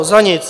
Za nic!